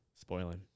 spoiling